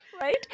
right